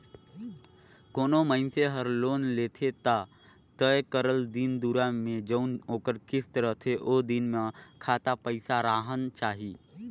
कोनो मइनसे हर लोन लेथे ता तय करल दिन दुरा में जउन ओकर किस्त रहथे ओ दिन में खाता पइसा राहना चाही